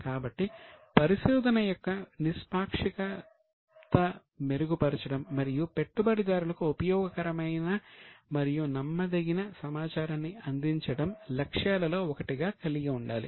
కాబట్టి పరిశోధన యొక్క నిష్పాక్షికత మెరుగుపరచడం మరియు పెట్టుబడిదారులకు ఉపయోగకరమైన మరియు నమ్మదగిన సమాచారాన్ని అందించడం లక్ష్యాలలో ఒకటిగా కలిగి ఉండాలి